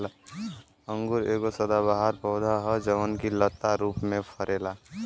अंगूर एगो सदाबहार पौधा ह जवन की लता रूप में फरेला